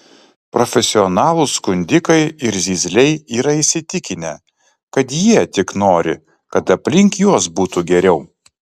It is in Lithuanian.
profesionalūs skundikai ir zyzliai yra įsitikinę kad jie tik nori kad aplink juos būtų geriau